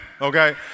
Okay